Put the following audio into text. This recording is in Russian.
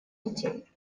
детей